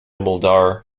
muldaur